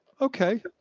Okay